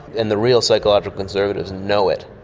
and the real psychological conservatives know it.